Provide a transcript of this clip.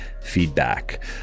feedback